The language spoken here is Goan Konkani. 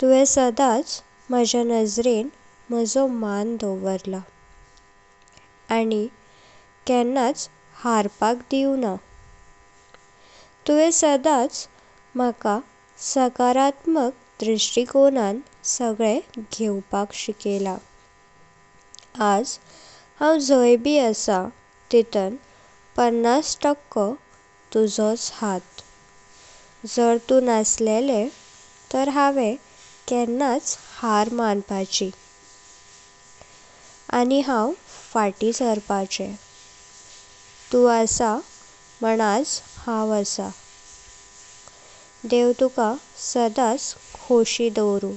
तुवें सदााच माजा नजरें माझो मान दावलार आनी केण्णाच म्हाका हारपाक दिवुंना। तुवें सदाच म्हाका सकारात्मक दृष्टिकोणान सगळे घेवंवाक शिकेलां आज हांव झाईं बं असां तेणां पनास्स टक्को तुजोंच हात। जर तु नसलें तर हांव केण्णाच हार मानपाचें आनी हांव फाटी सरपाचें। तु अस मण आज हांव असां देव तुका सदाच खुशि दवरु।